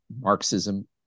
Marxism